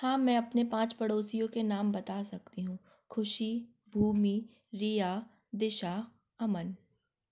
हाँ मैं अपने पाँच पड़ोसियों के नाम बता सकती हूँ ख़ुशी भूमि रिया दिशा अमन